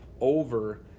over